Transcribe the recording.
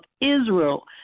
Israel